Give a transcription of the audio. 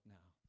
now